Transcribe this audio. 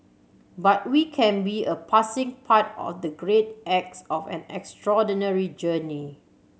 but we can be a passing part of the great acts of an extraordinary journey